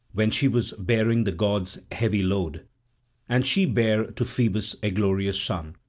when she was bearing the gods' heavy load and she bare to phoebus a glorious son,